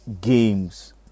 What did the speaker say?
games